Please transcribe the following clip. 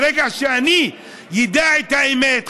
ברגע שאני אדע את האמת,